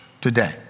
today